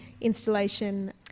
installation